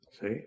See